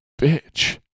bitch